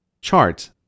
chart